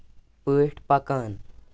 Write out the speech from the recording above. پٲٹھۍ پَکان